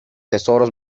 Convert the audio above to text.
tesoros